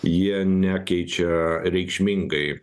jie nekeičia reikšmingai